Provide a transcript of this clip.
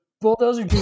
bulldozer